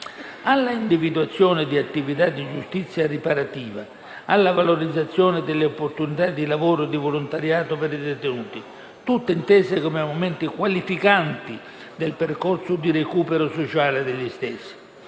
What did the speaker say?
all'individuazione di attività di giustizia riparativa; alla valorizzazione delle opportunità di lavoro e di volontariato per i detenuti, tutte intese come momenti qualificanti del percorso di recupero sociale degli stessi.